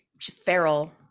feral